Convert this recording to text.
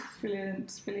brilliant